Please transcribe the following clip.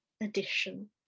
edition